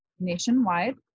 nationwide